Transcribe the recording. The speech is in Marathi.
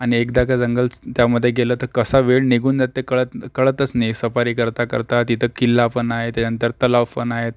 आणि एकदा का जंगलच त्यामध्ये गेलं तर कसा वेळ निघून जाते कळत कळतंच नाही सफारी करता करता तिथं किल्ला पण आहे त्याच्यानंतर तलाव पण आहेत